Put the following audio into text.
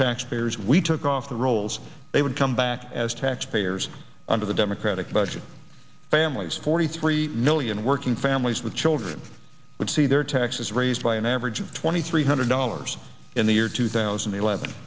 taxpayers we took off the rolls they would come back as taxpayers under the democratic budget families forty three million working families with children would see their taxes raised by an average of twenty three hundred dollars in the year two thousand and eleven